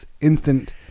instant